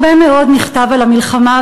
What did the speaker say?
הרבה מאוד נכתב על המלחמה,